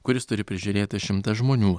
kuris turi prižiūrėti šimtą žmonių